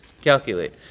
calculate